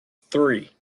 three